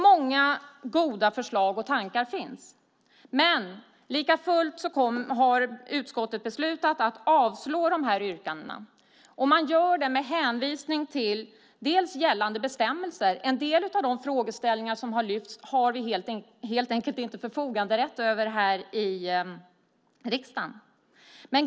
Många goda förslag och tankar finns. Men likafullt har utskottet beslutat att avstyrka dessa yrkanden. Man gör det med hänvisning till bland annat gällande bestämmelser. En del av de frågeställningar som har lyfts fram har vi helt enkelt inte förfoganderätt över här i riksdagen.